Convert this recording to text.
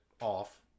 off